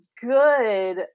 good